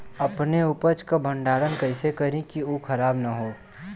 अपने उपज क भंडारन कइसे करीं कि उ खराब न हो?